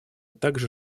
также